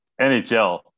NHL